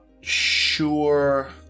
sure